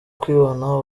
kwibona